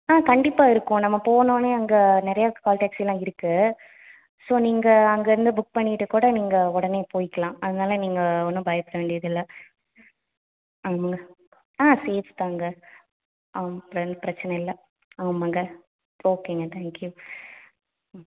ஆ கண்டிப்பாக இருக்கும் நம்ம போனோடனே அங்கே நிறையா கால் டேக்சியெலாம் இருக்குது ஸோ நீங்கள் அங்கேருந்து புக் பண்ணிட்டு கூட நீங்கள் உடனே போயிக்கலாம் அதனால் நீங்கள் ஒன்றும் பயப்பட வேண்டியதில்லை ஆமாங்க ஆ சேஃப் தாங்க ஆம் பிரன் பிரச்சினை இல்லை ஆமாங்க ஓகேங்க தேங்க்யூ ம்